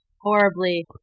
horribly